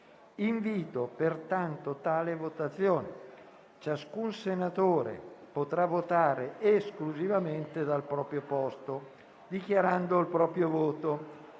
votazione nominale con appello. Ciascun senatore potrà votare esclusivamente dal proprio posto, dichiarando il proprio voto.